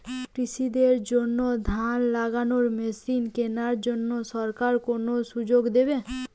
কৃষি দের জন্য ধান লাগানোর মেশিন কেনার জন্য সরকার কোন সুযোগ দেবে?